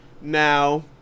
Now